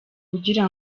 ugira